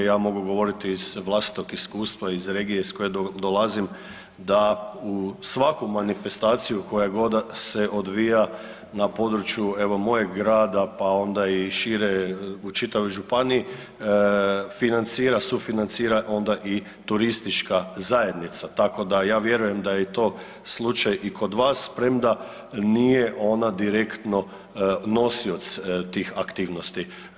Ja mogu govoriti iz vlastitog iskustva, iz regije iz koje dolazim da u svaku manifestaciju koja god da se odvija na području evo mojeg grada, pa onda i šire u čitavoj županiji, financira, sufinancira onda i turistička zajednica, tako da ja vjerujem da je i to slučaj i kod vas premda nije ona direktno nosioc tih aktivnosti.